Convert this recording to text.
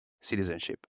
citizenship